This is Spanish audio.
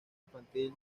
infantil